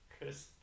Chris